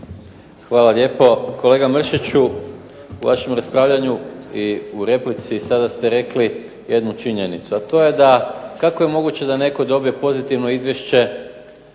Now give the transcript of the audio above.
Hvala lijepo. Kolega Mršića u vašem raspravljanju i replici sada ste rekli jednu činjenicu, a to je da kako je moguće da netko dobije pozitivno izvješće